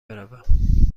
بروم